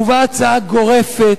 הובאה הצעה גורפת,